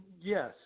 yes